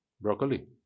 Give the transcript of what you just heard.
Broccoli